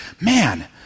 man